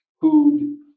food